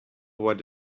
what